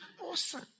awesome